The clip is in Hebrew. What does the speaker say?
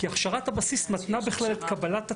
כי הכשרת הבסיס מתנה בכלל את קבלת התעודה,